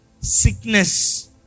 Sickness